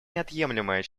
неотъемлемая